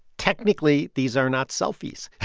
technically, these are not selfies